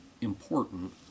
important